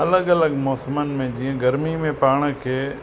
अलॻि अलॻ मौसमन में जीअं गर्मी में पाण खे